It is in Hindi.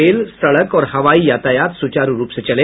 रेल सड़क और हवाई यातायात सुचारू रूप से चले